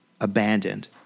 abandoned